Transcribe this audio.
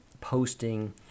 posting